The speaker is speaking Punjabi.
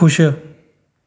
ਖੁਸ਼